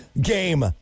Game